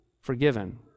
forgiven